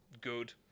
good